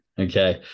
Okay